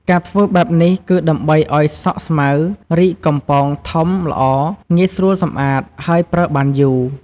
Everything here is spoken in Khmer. ការធ្វើបែបនេះគឺដើម្បីអោយសក់ស្មៅរីកកំប៉ាងធំល្អងាយស្រួលសំអាត ហើយប្រើបានយូរ។